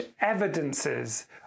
evidences